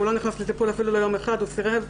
הוא לא נכנס לטיפול אפילו ליום אחד כי הוא סירב.